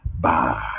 bye